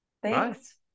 Thanks